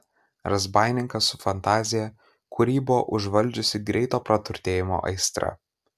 razbaininkas su fantazija kurį buvo užvaldžiusi greito praturtėjimo aistra